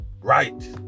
right